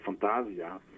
Fantasia